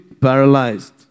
paralyzed